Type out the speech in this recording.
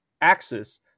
axis